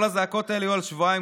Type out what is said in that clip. כל הזעקות האלה היו על שבועיים,